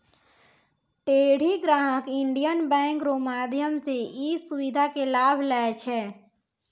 ढेरी ग्राहक Indian bank रो माध्यम से ई सुविधा के लाभ लै छै